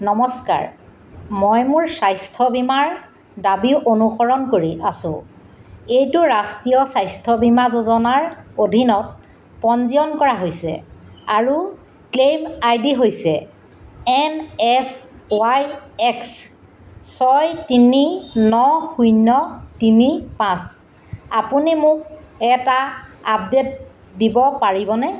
নমস্কাৰ মই মোৰ স্বাস্থ্য় বীমাৰ দাবী অনুসৰণ কৰি আছোঁ এইটো ৰাষ্ট্ৰীয় স্বাস্থ্য় বীমা যোজনাৰ অধীনত পঞ্জীয়ন কৰা হৈছে আৰু ক্লেইম আই ডি হৈছে এন এফ ৱাই এক্স ছয় তিনি ন শূন্য় তিনি পাঁচ আপুনি মোক এটা আপডেট দিব পাৰিবনে